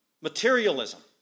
Materialism